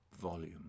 volume